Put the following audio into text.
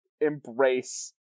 embrace